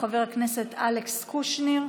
חבר הכנסת אלכס קושניר,